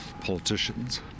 politicians